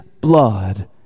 blood